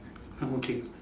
um okay